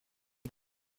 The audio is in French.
les